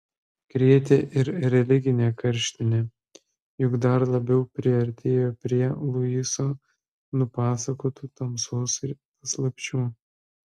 krėtė ir religinė karštinė juk dar labiau priartėjo prie luiso nupasakotų tamsos paslapčių